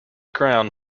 crown